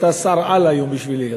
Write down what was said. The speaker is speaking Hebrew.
אתה שר-על היום בשבילי,